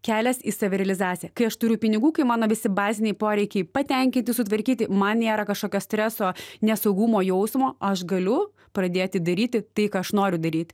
kelias į savirealizaciją kai aš turiu pinigų kai mano visi baziniai poreikiai patenkinti sutvarkyti man nėra kažkokio streso nesaugumo jausmo aš galiu pradėti daryti tai ką aš noriu daryt